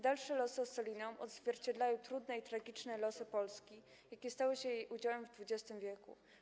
Dalsze losy Ossolineum odzwierciedlały trudne i tragiczne losy Polski, jakie stały się jej udziałem w XX w.